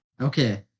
Okay